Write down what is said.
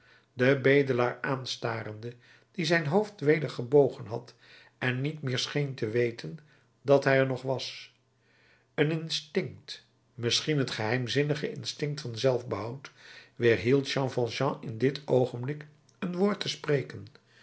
den bedelaar aanstarende die zijn hoofd weder gebogen had en niet meer scheen te weten dat hij er nog was een instinct misschien het geheimzinnige instinct van zelfbehoud weerhield jean valjean in dit oogenblik een woord te spreken